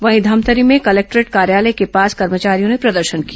वहीं धमतरी में कलेक्टोरेट कार्यालय के पास कर्मचारियों ने प्रदर्शन किया